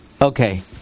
Okay